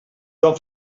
joan